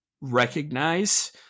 recognize